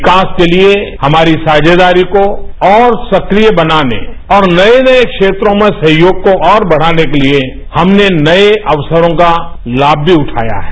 विकास के लिए हमारी साझेदारी को और सक्रिय बनाने और नए नए क्षेत्रों में सहयोग को और बढ़ाने के लिए हमने नए अवसरों का लाभ भी उठाया है